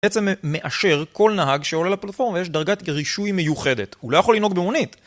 בעצם מאשר כל נהג שעולה לפלטפורמה, יש דרגת רישוי מיוחדת, הוא לא יכול לנהוג במונית.